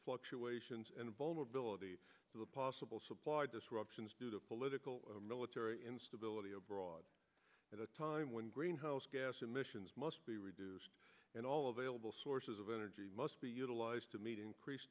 fluctuations and vulnerability to the possible supply disruptions due to political military instability abroad at a time when greenhouse gas emissions must be reduced and all of ailill sources of energy must be utilized to meet increase